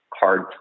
hard